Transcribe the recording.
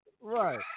right